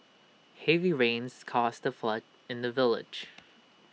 heavy rains caused A flood in the village